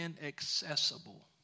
inaccessible